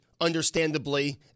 understandably